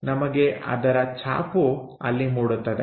ನಮಗೆ ಅದರ ಛಾಪು ಅಲ್ಲಿ ಮೂಡುತ್ತದೆ